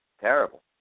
terrible